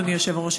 אדוני היושב-ראש,